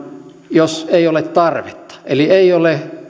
jos ei ole tarvetta eli ei ole